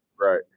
Right